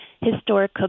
historic